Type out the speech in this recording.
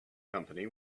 company